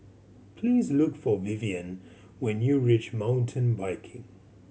please look for Vivien when you reach Mountain Biking